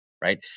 right